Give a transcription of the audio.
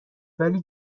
ولی